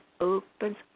opens